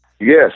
Yes